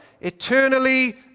Eternally